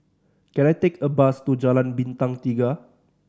can I take a bus to Jalan Bintang Tiga